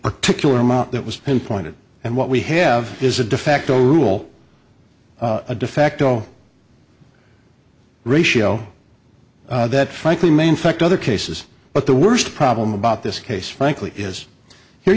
particular amount that was pinpointed and what we have is a defacto rule a defacto ratio that frankly may infect other cases but the worst problem about this case frankly is here